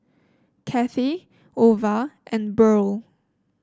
Cathey Ova and Burl